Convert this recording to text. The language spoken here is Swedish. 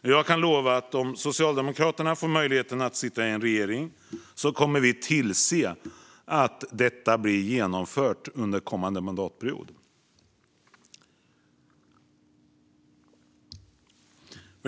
Jag kan lova att om Socialdemokraterna får möjligheten att sitta i en regering kommer vi att tillse att detta blir genomfört under kommande mandatperiod.